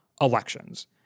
elections